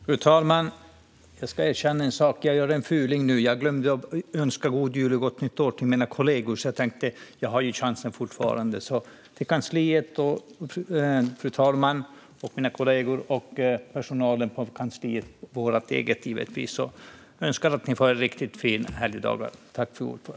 Fru talman! Jag ska erkänna att jag nu gör en fuling. Jag glömde att önska god jul och gott nytt år till mina kollegor, så jag tänkte att jag hade chansen fortfarande. Till kansliet, fru talmannen, mina kollegor och personalen på vårt eget kansli önskar jag riktigt fina och härliga dagar.